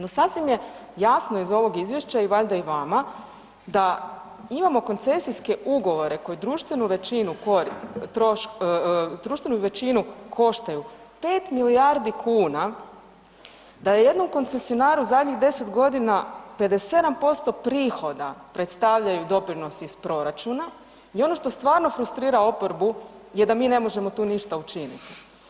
No sasvim je jasno iz ovog izvješća i valjda i vama da imamo koncesije ugovore koji društvenu većinu koštaju 5 milijardi kuna, da jednom koncesionaru zadnjih 10 g. 57% prihoda predstavljaju doprinosi iz proračuna i ono što stvarno frustrira oporbu je da mi ne možemo tu ništa učiniti.